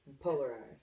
Polarized